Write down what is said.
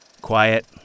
Quiet